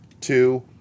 two